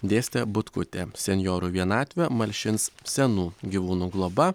dėstė butkutė senjorų vienatvę malšins senų gyvūnų globa